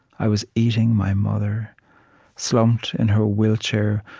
i was eating my mother slumped in her wheelchair,